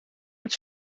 met